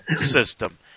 system